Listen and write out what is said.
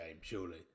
surely